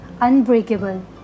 unbreakable